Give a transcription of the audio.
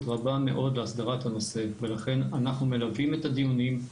רבה מאוד להסדרת הנושא ולכן אנחנו מלווים את הדיונים.